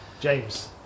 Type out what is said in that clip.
James